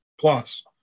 plus